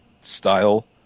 style